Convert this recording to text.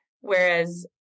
Whereas